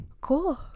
cool